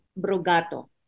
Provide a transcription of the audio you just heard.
Brugato